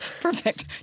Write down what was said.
Perfect